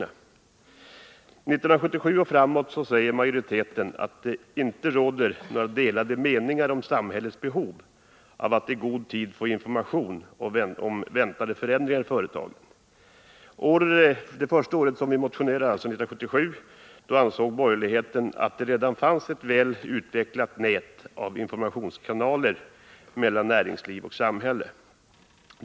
1977 och framåt säger majoriteten att det inte råder några delade meningar om samhällets behov av att i god tid få information om väntade förändringar i företagen. 1977 ansåg borgerligheten att det redan fanns ett väl utvecklat nät avinformationskanaler mellan näringsliv och samhälle.